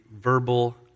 verbal